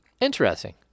Interesting